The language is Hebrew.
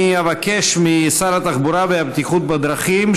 אני אבקש משר התחבורה והבטיחות בדרכים,